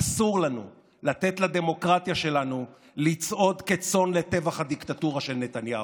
אסור לנו לתת לדמוקרטיה שלנו לצעוד כצאן לטבח הדיקטטורה של נתניהו.